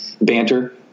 banter